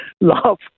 love